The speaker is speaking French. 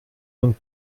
donc